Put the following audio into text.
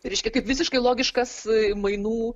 reiškia kaip visiškai logiškas mainų